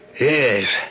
Yes